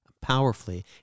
powerfully